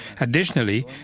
Additionally